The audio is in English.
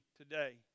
today